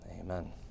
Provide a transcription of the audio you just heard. amen